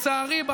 ולצערי,